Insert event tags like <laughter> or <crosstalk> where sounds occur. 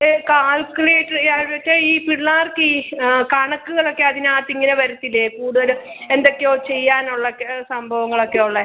ഈ കാൽക്കുലേറ്ററ് <unintelligible> ഈ പിള്ളാർക്ക് ഈ ആ കണക്കുകളൊക്കെ അതിനകത്ത് ഇങ്ങനെ വരത്തില്ലേ കൂടുതൽ എന്തൊക്കെയോ ചെയ്യാനുള്ളതൊക്കെ സംഭവങ്ങളൊക്കെയുള്ള